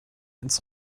ins